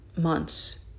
months